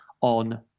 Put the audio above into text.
on